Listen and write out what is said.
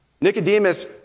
Nicodemus